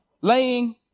Laying